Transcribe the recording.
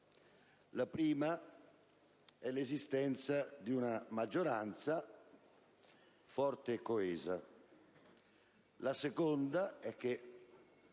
passaggio è l'esistenza di una maggioranza forte e coesa.